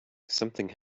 something